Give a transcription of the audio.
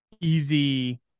easy